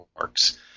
works